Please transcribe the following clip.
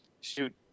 shoot